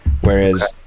Whereas